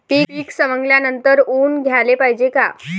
पीक सवंगल्यावर ऊन द्याले पायजे का?